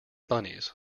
bunnies